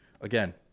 again